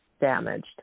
damaged